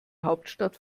hauptstadt